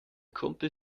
kumpel